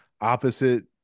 opposite